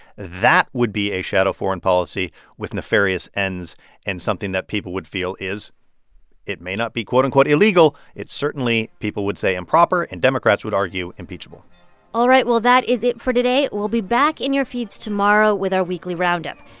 that would be a shadow foreign policy with nefarious ends and something that people would feel is it may not be, quote-unquote, illegal. it's certainly, people would say, improper and, democrats would argue, impeachable all right. well, that is it for today. we'll be back in your feeds tomorrow with our weekly roundup.